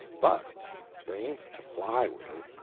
but they ain't to fly with!